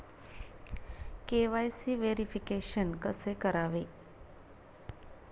KYC verification कसे करावे?